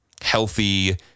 healthy